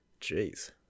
Jeez